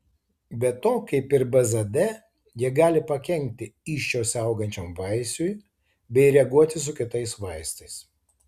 be to kaip ir bzd jie gali pakenkti įsčiose augančiam vaisiui bei reaguoti su kitais vaistais